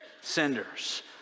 senders